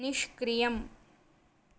निष्क्रियम्